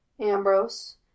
Ambrose